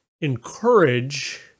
encourage